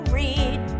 read